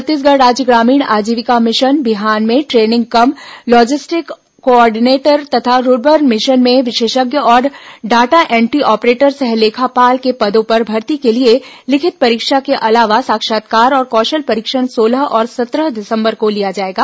छत्तीसगढ़ राज्य ग्रामीण आजीविका मिशन बिहान में ट्रेनिंग कम लॉजिस्टिक कोऑर्डिनेटर तथा रूर्बन मिशन में विशेषज्ञ और डॉटा एंट्री ऑपरेटर सह लेखापाल के पदों पर भर्ती के लिए लिखित परीक्षा के अलावा साक्षात्कार और कौशल परीक्षण सोलह और सत्रह दिसम्बर को लिया जाएगा